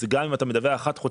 אז גם אם אתה מדווח חד-חודשי,